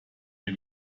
mir